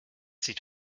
sieht